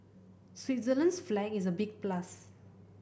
Switzerland's flag is a big plus